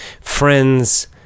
Friends